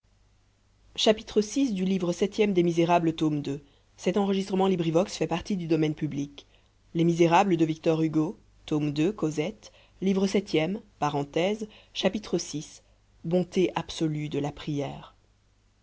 chapitre v la prière chapitre vi bonté absolue de la prière